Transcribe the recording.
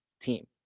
team